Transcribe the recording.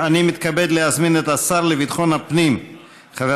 אני מתכבד להזמין את השר לביטחון הפנים חבר